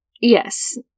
Yes